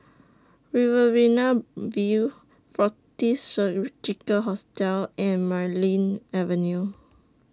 Riverina View Fortis Surgical Hospital and Marlene Avenue